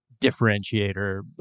differentiator